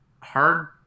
hard